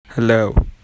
Hello